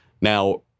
now